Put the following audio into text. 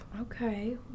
Okay